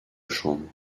chambre